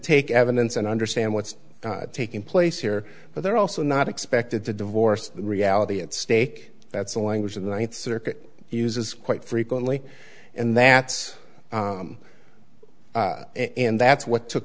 take evidence and understand what's taking place here but they're also not expected to divorce reality at stake that's the language of the ninth circuit uses quite frequently and that's and that's what took